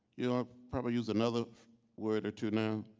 you all probably use another word or two now.